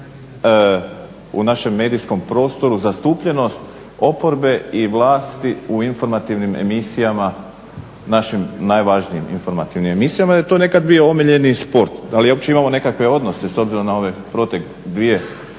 u našem medijskom prostoru zastupljenost oporbe i vlasti u informativnim emisijama, našim najvažnijim informativnim emisijama jer je to nekad bio omiljeni sport. Da li uopće imamo nekakve odnose s obzirom na ovaj protek, dvije